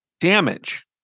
damage